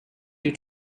due